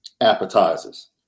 appetizers